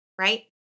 right